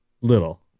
Little